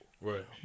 Right